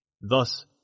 Thus